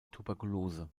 tuberkulose